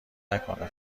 نکنه